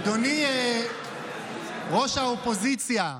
אדוני ראש האופוזיציה,